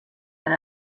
per